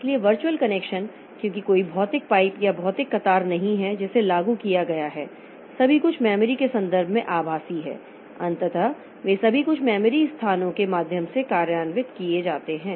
इसलिए virtual connection क्योंकि कोई भौतिक पाइप या भौतिक कतार नहीं है जिसे लागू किया गया है सभी कुछ मेमोरी के संदर्भ में आभासी हैं अंततः वे सभी कुछ मेमोरी स्थानों के माध्यम से कार्यान्वित किए जाते हैं